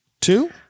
two